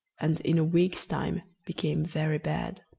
and in a week's time became very bad.